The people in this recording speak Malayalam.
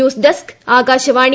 news desk Akashvani